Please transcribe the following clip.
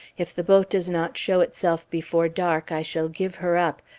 if the boat does not show itself before dark i shall give her up,